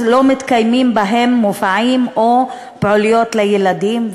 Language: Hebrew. ב-50% לא מתקיימים מופעים או פעילויות לילדים,